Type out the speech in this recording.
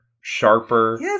sharper